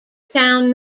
town